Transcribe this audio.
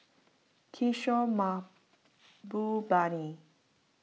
Kishore Mahbubani